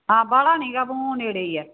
ਹਾਂ ਵਾਹਲਾ ਨਹੀਂ ਗਾ ਊਂ ਨੇੜੇ ਹੀ ਆ